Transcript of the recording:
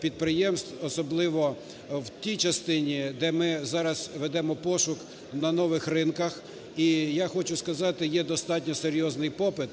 підприємств, особливо в тій частині, де ми зараз ведемо пошук на нових ринках. І, я хочу сказати, є достатньо серйозний попит,